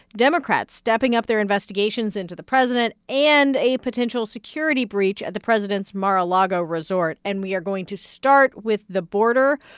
democrats stepping up their investigations into the president and a potential security breach at the president's mar-a-lago resort. and we are going to start with the border.